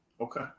okay